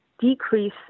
decrease